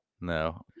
No